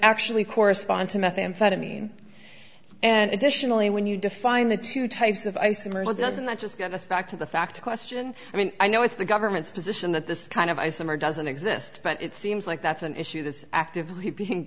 actually correspond to methamphetamine and additionally when you define the two types of isomers doesn't that just get us back to the fact question i mean i know it's the government's position that this kind of a summer doesn't exist but it seems like that's an issue that's actively